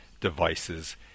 devices